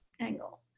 angle